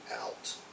out